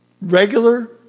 regular